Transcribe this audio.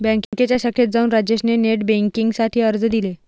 बँकेच्या शाखेत जाऊन राजेश ने नेट बेन्किंग साठी अर्ज दिले